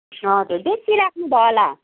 हजुर बेसी राख्नु भयो होला